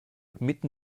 mitten